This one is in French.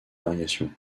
variation